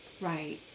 Right